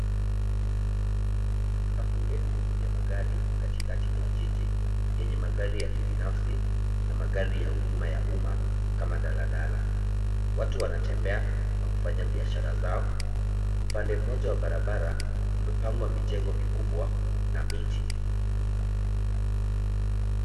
Safu ndefu ya magari katikati mwa jiji yenye magari ya kibinafsi na magari ya huduma ya umma kama daladala. Watu wanatembea na kufanya biashara zao. Upande mmoja wa barabara umepangwa mijengo mikubwa na miti.